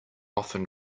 often